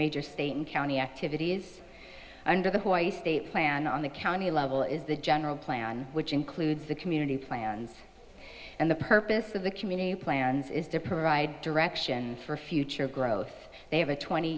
major state and county activities under the hawaii state plan on the county level is the general plan which includes the community plans and the purpose of the community plans is dipper ride direction for future growth they have a twenty